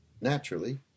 Naturally